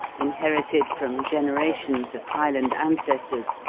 inherited from generations of highland ancestors,